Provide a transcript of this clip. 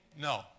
No